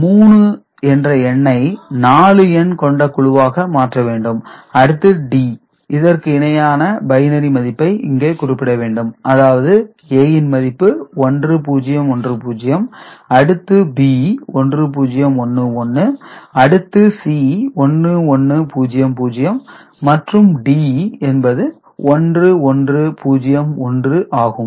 3 என்ற எண்ணை 4 எண் கொண்ட குழுவாக மாற்ற வேண்டும் அடுத்து D இதற்கு இணையான பைனரி மதிப்பை இங்கே குறிப்பிட வேண்டும் அதாவது A ன் மதிப்பு 1010 அடுத்து B 1011 அடுத்து C 1100 மற்றும் D என்பது 1101 ஆகும்